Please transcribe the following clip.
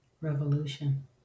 revolution